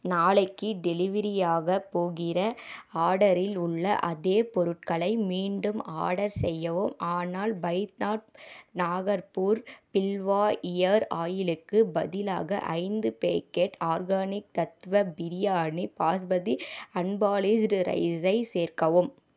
நாளைக்கு டெலிவரியாகப் போகிற ஆர்டரில் உள்ள அதே பொருட்களை மீண்டும் ஆர்டர் செய்யவும் ஆனால் பைத்நாத் நாகர்பூர் பில்வா இயர் ஆயிலுக்கு பதிலாக ஐந்து packet organic Tattva biryani basmati unpolished ரைஸை சேர்க்கவும்